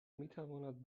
میتواند